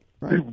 right